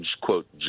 quote